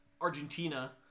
Argentina